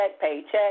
paycheck